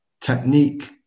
technique